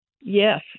Yes